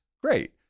great